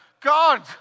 God